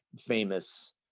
famous